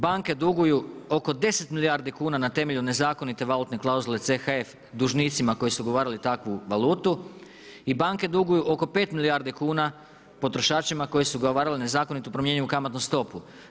Banke duguju oko 10 milijardi kuna na temelju nezakonite valutne klauzule CHF dužnicima koji su ugovarali takvu valutu i banke duguju oko 5 milijardi kuna potrošači koji su ugovarali nezakonitu promjenjivu kamatnu stopu.